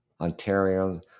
Ontario